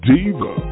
Diva